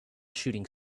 shooting